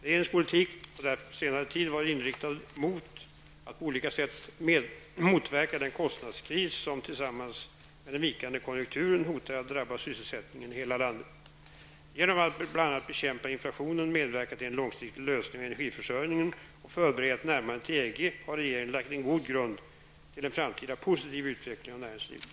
Regeringens politik har därför på senare tid varit inriktad mot att på olika sätt motverka den kostnadskris, som tillsammans med den vikande konjunkturen, hotar att drabba sysselsättningen i hela landet. Genom att bl.a. bekämpa inflationen, medverka till en långsiktig lösning av energiförsörjningen och förbereda ett närmande till EG har regeringen lagt en god grund till en framtida positiv utveckling av näringslivet.